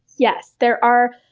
yes. there are